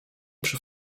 przy